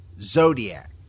Zodiac